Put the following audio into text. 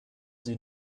sie